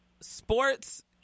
sports